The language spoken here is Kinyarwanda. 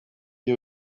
byo